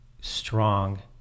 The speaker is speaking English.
strong